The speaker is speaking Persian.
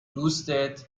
دوستت